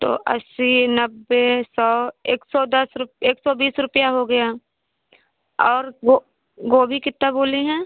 तो अस्सी नब्बे सौ एक सौ दस एक सौ बीस रुपया हो गया और गोभी कितना बोले हैं